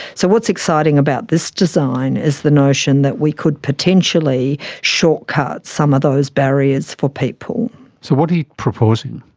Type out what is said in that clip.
so what's exciting about this design is the notion that we could potentially shortcut some of those barriers for people. so what are you proposing?